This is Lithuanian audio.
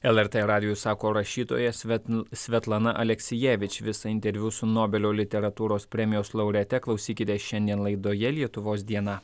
lrt radijui sako rašytoja svetl svetlana aleksija bet visą interviu su nobelio literatūros premijos laureate klausykite šiandien laidoje lietuvos diena